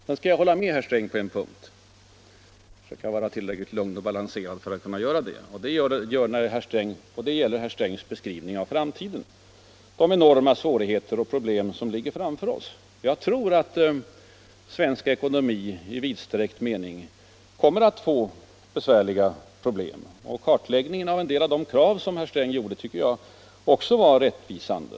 Sedan vill jag säga att jag kan vara tillräckligt lugn och balanserad för att kunna hålla med herr Sträng på en punkt. Det gäller herr Strängs beskrivning av framtiden och de enorma svårigheter och problem som ligger framför oss. Jag tror att svensk ekonomi i vidsträckt mening kommer att få besvärliga problem. Herr Strängs kartläggning av en del krav tycker jag också var rättvisande.